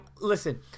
Listen